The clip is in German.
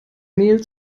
mehl